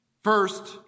First